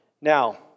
Now